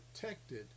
protected